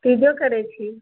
खिएबो करै छी